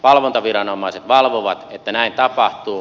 valvontaviranomaiset valvovat että näin tapahtuu